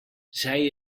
zij